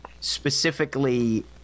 specifically